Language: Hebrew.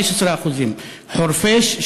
15%; חורפיש,